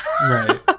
Right